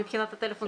מבחינת הטלפון שלי.